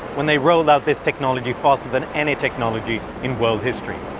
when they rolled out this technology faster than any technology in world history.